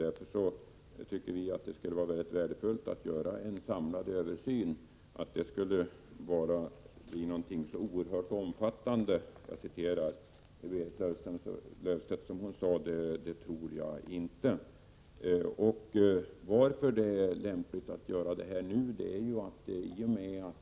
Därför anser vi att det skulle vara mycket värdefullt att nu göra en samlad översyn. Att denna skulle behöva bli så oerhört omfattande som Berit Löfstedt sade tror jag inte.